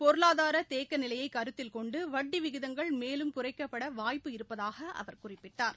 பொருளாதார தேக்க நிலையை கருத்தில் கொண்டு வட்டி விகிதங்கள் மேலும் குறைக்கப்பட வாய்ப்பு இருப்பதாக அவர் குறிப்பிட்டார்